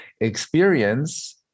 Experience